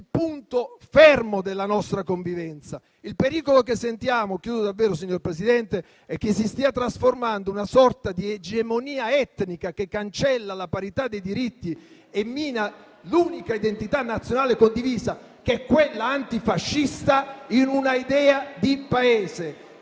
Il pericolo che sentiamo è che si stia trasformando una sorta di egemonia etnica che cancella la parità dei diritti e mina l'unica identità nazionale condivisa, che è quella antifascista, in una idea di Paese